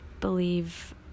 believe